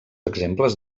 exemples